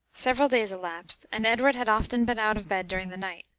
several days elapsed, and edward had often been out of bed during the night,